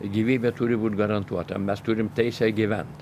gyvybė turi būt garantuota o mes turim teisę gyvent